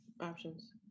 options